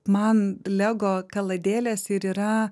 man lego kaladėlės ir yra